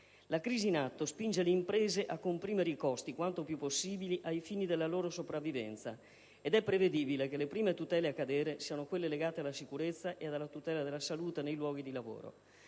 La crisi in atto spinge le imprese a comprimere i costi quanto più possibile ai fini della loro sopravvivenza ed è prevedibile che le prime tutele a cadere siano quelle legate alla sicurezza ed alla tutela della salute nei luoghi di lavoro.